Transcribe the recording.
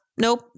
Nope